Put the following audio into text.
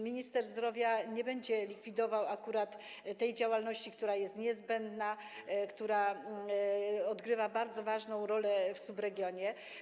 Minister zdrowia nie będzie likwidował akurat tej działalności, która jest niezbędna, która odgrywa bardzo ważną rolę w subregionie.